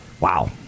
Wow